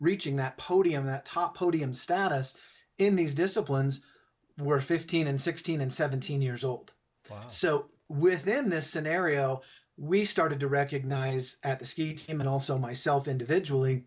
reaching that podium that top podium status in these disciplines were fifteen and sixteen and seventeen years old so within this scenario we started to recognize at the ski team and also myself individually